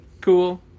cool